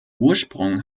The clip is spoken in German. ursprung